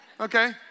Okay